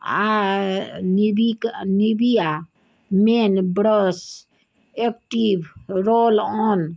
आ Nivea men brush active roll on